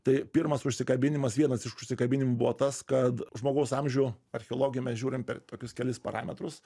tai pirmas užsikabinimas vienas iš užsikabinimų buvo tas kad žmogaus amžių archeologai mes žiūrim per tokius kelis parametrus